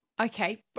okay